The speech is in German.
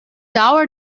dauer